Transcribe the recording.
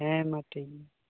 ᱦᱮᱸ ᱢᱟ ᱴᱷᱤᱠᱜᱮᱭᱟ